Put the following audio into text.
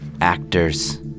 Actors